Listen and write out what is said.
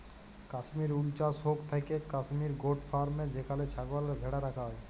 Kashmir wool চাস হৌক থাকেক কাশ্মির গোট ফার্মে যেখানে ছাগল আর ভ্যাড়া রাখা হয়